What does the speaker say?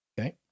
Okay